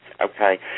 okay